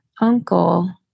uncle